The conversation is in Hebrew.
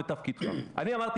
אתם יודעים